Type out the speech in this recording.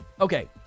okay